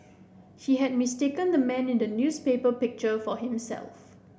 he had mistaken the man in the newspaper picture for himself